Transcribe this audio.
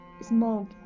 smoke